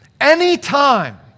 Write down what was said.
Anytime